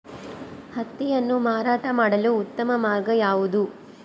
ಹತ್ತಿಯನ್ನು ಮಾರಾಟ ಮಾಡಲು ಉತ್ತಮ ಮಾರ್ಗ ಯಾವುದು?